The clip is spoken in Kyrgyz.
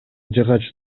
жыгач